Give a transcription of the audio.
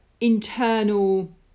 internal